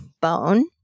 bone